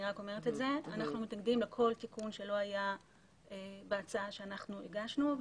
אני רק אומרת שאנחנו מתנגדים לכל תיקון שלא היה בהצעה שאנחנו הגשנו,